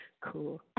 Cool